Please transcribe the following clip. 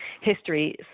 history